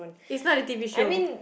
it's not a t_v show